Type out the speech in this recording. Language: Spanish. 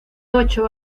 ocho